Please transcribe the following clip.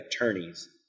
attorneys